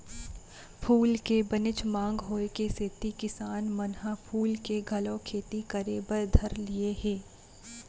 फूल के बनेच मांग होय के सेती किसान मन ह फूल के घलौ खेती करे बर धर लिये हें